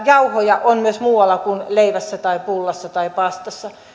jauhoja on myös muualla kuin leivässä tai pullassa tai pastassa